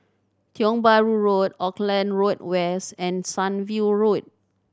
Tiong Bahru Road Auckland Road West and Sunview Road